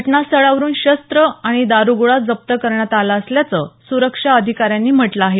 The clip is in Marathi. घटनास्थळावरुन शस्त्र आणि दारुगोळा जप्त करण्यात आला असल्याचं सुरक्षा अधिकाऱ्यांनी म्हटलं आहे